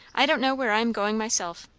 i don't know where i am going myself.